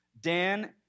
Dan